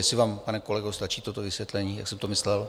Jestli vám, pane kolego, stačí toto vysvětlení, jak jsem to myslel?